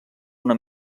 una